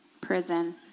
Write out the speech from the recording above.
prison